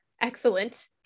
excellent